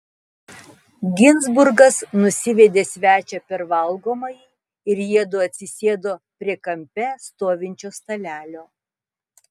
ginzburgas nusivedė svečią per valgomąjį ir jiedu atsisėdo prie kampe stovinčio stalelio